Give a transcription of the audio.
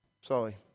sorry